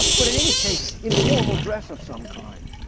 but in any case, in formal dress of some kind.